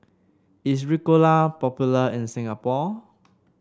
is Ricola popular in Singapore